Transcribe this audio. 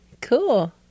Cool